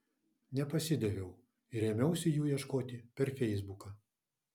nepasidaviau ir ėmiausi jų ieškoti per feisbuką